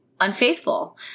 unfaithful